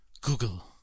Google